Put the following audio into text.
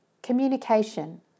Communication